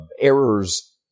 errors